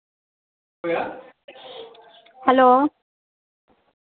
hello